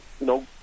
no